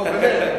נו, באמת.